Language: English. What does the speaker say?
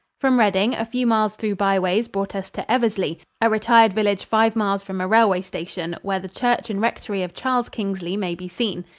from reading, a few miles through byways brought us to eversley, a retired village five miles from a railway station, where the church and rectory of charles kingsley may be seen.